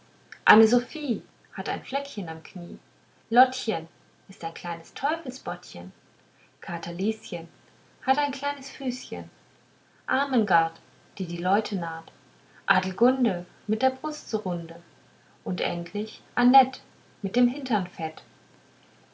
anne sophie hat ein fleckchen am knie lottchen ist ein kleines teufelsbottchen katerlieschen hat ein kleines füßchen armengart die die leute narrt adelgunde mit der brust so runde und endlich anett mit dem hintern fett